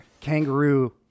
Kangaroo